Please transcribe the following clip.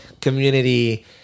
community